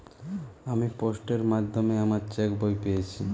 আমি পোস্টের মাধ্যমে আমার চেক বই পেয়েছি